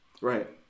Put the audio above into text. right